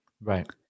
Right